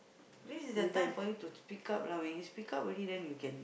this is the time for you to speak up lah when you speak up already then you can